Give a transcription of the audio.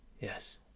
Yes